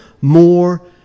more